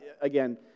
again